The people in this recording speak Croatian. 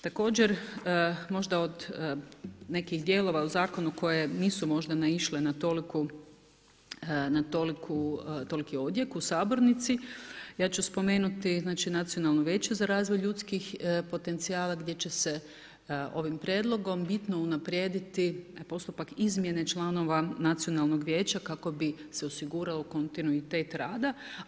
Također možda od nekih dijelova u zakonu koje nisu možda naišle na toliki odjek u sabornici ja ću spomenuti znači, nacionalno vijeće za razvoj ljudskih potencijala gdje će se ovim prijedlogom bitno unaprijediti postupak izmjene članova Nacionalnog vijeća kako bi se osigurao kontinuitet rada.